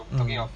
mm